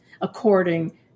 according